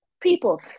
People